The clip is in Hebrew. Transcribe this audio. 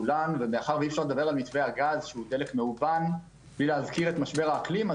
מאחר שאי אפשר לדבר על מתווה הגז בלי להזכיר את משבר האקלים,